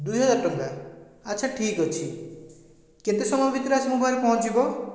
ଦୁଇହଜାର ଟଙ୍କା ଆଛା ଠିକ୍ ଅଛି କେତେ ସମୟ ଭିତରେ ଆସିକି ମୋ ପାଖରେ ପହଞ୍ଚିବ